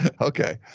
Okay